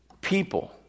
people